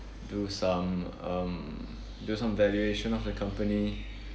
do some um do some valuation of the company